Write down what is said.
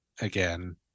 again